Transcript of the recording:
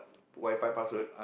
Wi-Fi password